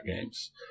games